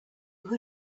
who